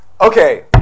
Okay